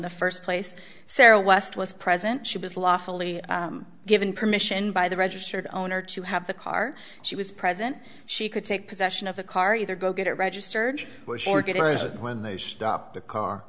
the first place sarah west was present she was lawfully given permission by the registered owner to have the car she was present she could take possession of the car either go get it registered were organized when they stopped the car